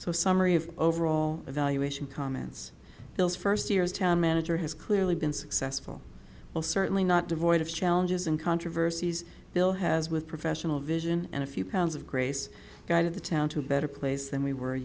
a summary of overall evaluation comments those first years town manager has clearly been successful well certainly not devoid of challenges and controversies bill has with professional vision and a few pounds of grace guided the town to a better place than we were a